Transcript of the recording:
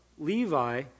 Levi